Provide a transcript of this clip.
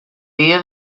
ríe